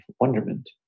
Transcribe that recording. wonderment